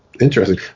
interesting